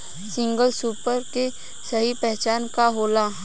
Single super के सही पहचान का होला?